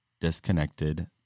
disconnected